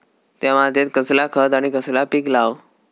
त्या मात्येत कसला खत आणि कसला पीक लाव?